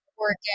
Working